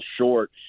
short